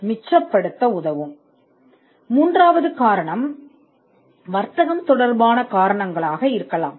இப்போது மூன்றாவது காரணம் வர்த்தகம் தொடர்பான காரணங்களாக இருக்கலாம்